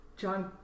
John